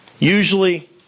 usually